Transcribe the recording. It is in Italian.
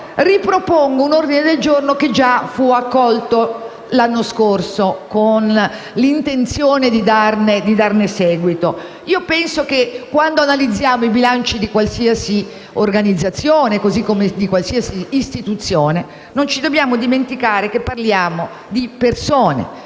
ripropongo un ordine del giorno che già fu accolto l'anno scorso con l'intenzione di darne seguito. Penso che, quando analizziamo i bilanci di qualsiasi organizzazione, così come di qualsiasi istituzione, non ci dobbiamo dimenticare che parliamo di persone